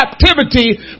captivity